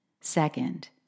Second